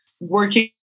working